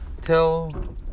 tell